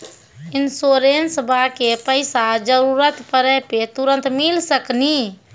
इंश्योरेंसबा के पैसा जरूरत पड़े पे तुरंत मिल सकनी?